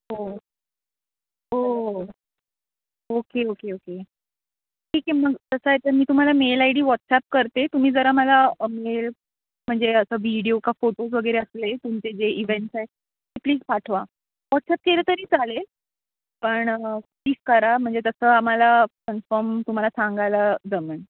हो हो okay okay okay ठीक आहे मग तसं आहे तर मी तुम्हाला मेल आय डी वॉट्सअप करते तुम्ही जरा मला मेल म्हणजे असं व्हिडीओ का फोटोज वगैरे असले तुमचे जे इव्हेंट्स आहेत ते प्लीज पाठवा वॉट्सअप केलं तरी चालेल पण प्लीज करा म्हणजे तसं आम्हाला कन्फम तुम्हाला सांगायला जमेन